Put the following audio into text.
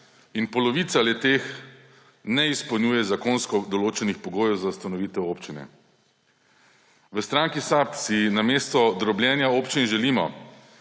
in polovica le-teh ne izpolnjuje zakonsko določenih pogojev za ustanovitev občine. V stranki SAB si namesto drobljenja občin želimo,